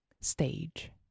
stage